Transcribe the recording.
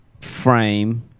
frame